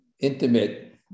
intimate